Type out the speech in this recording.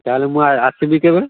ତା'ହେଲେ ମୁଁ ଆସିବି କେବେ